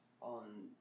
on